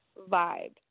vibe